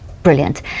brilliant